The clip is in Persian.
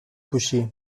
پوشی